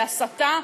בהסתה,